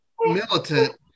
militant